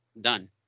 done